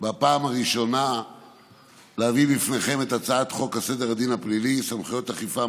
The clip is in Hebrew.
בפעם הראשונה להביא לפניכם את הצעת חוק סדר הדין הפלילי (סמכויות אכיפה,